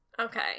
Okay